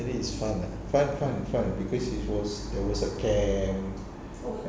the day it's fun lah fun fun fun because it was there was a camp